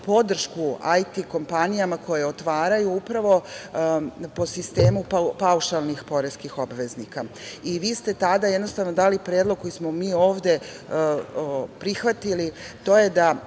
podršku IT kompanijama koje otvaraju upravo po sistemu paušalnih poreskih obveznika i vi ste tada dali predlog koji smo mi ovde prihvatili, a to je da